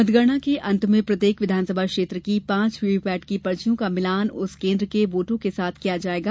मतगणना के अंत में प्रत्येक विधानसभा क्षेत्र की पांच वीवीपैट की पर्चियों का मिलान उस केन्द्र के वोटों के साथ किया जाएगा